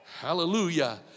Hallelujah